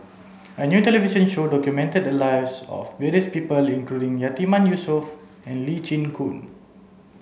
a new television show documented the lives of various people including Yatiman Yusof and Lee Chin Koon